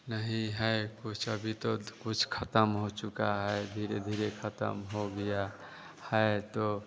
नहीं है कुछ अभी तो कुछ ख़त्म हो चुका है धीरे धीरे ख़त्म हो गया है तो